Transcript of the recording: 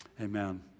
Amen